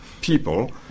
people